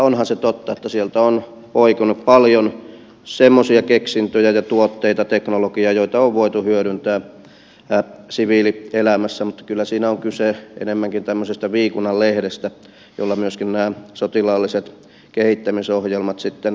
onhan se totta että se on poikinut paljon semmoisia keksintöjä tuotteita ja teknologiaa joita on voitu hyödyntää siviilielämässä mutta kyllä siinä on kyse enemmänkin tämmöisestä viikunanlehdestä jolla myöskin nämä sotilaalliset kehittämisohjelmat sitten perustellaan